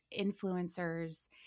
influencers